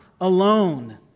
alone